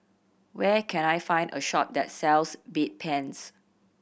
where can I find a shop that sells Bedpans